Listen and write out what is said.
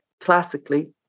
classically